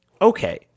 Okay